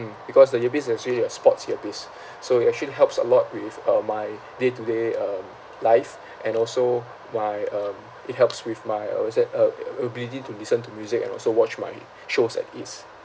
mm because the earpiece is actually a sports earpiece so it actually helps a lot with uh my day to day um life and also my um it helps with my uh what's that uh ability to listen to music and also watch my shows at ease